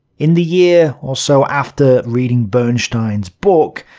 in the year or so after reading bernstein's book,